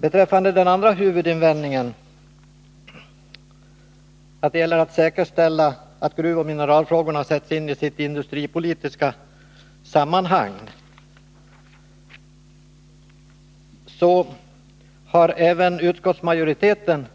När det gäller den andra huvudinvändningen — att man måste säkerställa att gruvoch mineralfrågorna sätts in i sitt industripolitiska sammanhang — har även utskottsmajoriteten